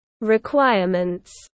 requirements